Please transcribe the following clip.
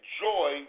joy